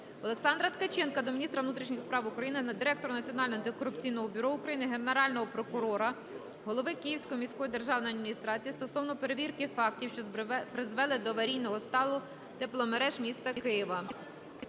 Олександра Ткаченка до міністра внутрішніх справ України, Директора Національного антикорупційного бюро України, Генерального прокурора, голови Київської міської державної адміністрації стосовно перевірки фактів, що призвели до аварійного стану тепломереж міста Києва.